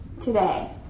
today